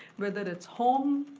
whether it's home,